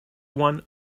one